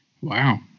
Wow